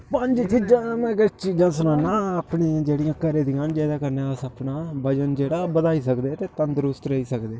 पंज चीजां में किश चीजां सनानां अपनी जेह्ड़ियां घरै दियां न ते जिं'दे कन्नै अस अपना वजन जेह्ड़ा बधाई सकदे न ते तन्दरुस्त रेही सकदे